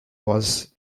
was